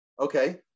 Okay